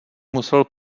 musel